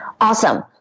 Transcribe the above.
Awesome